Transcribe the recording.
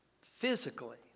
physically